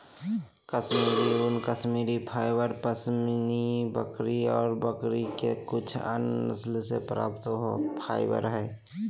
कश्मीरी ऊन, कश्मीरी बकरी, पश्मीना बकरी ऑर बकरी के कुछ अन्य नस्ल से प्राप्त फाइबर हई